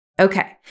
Okay